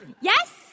Yes